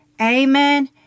Amen